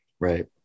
Right